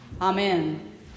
Amen